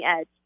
edge